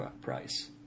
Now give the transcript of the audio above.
price